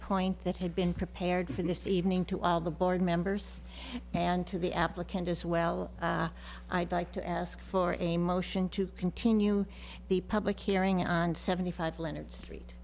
powerpoint that had been prepared for this evening to all the board members and to the applicant as well i'd like to ask for a motion to continue the public hearing on seventy five leonard street